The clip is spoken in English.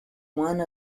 one